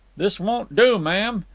this won't do, ma'am.